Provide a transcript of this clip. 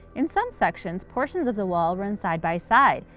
in some sections, portions of the wall run side-by-side,